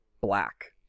black